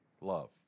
love